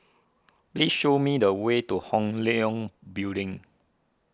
please show me the way to Hong Leong Building